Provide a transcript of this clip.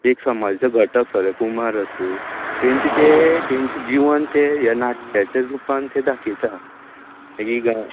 एक समाजाचे घटक सगळे कुमार आसूं तेंचे ते तेंचे जिवन तें ह्या नाट्याच्या रुपान ते दाकयता मागीर